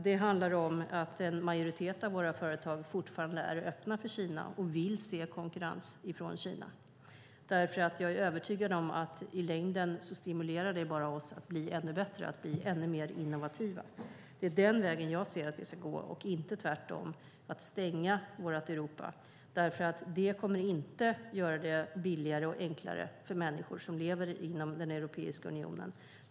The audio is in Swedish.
Det handlar om att en majoritet av våra företag fortfarande är öppna för Kina och vill se konkurrens från Kina. Jag är övertygad om att det i längden bara stimulerar oss att bli ännu bättre och ännu mer innovativa. Det är den vägen som jag ser att vi ska gå och inte tvärtom, alltså att stänga vårt Europa. Det kommer inte att göra det billigare och enklare för människor som lever inom Europeiska unionen.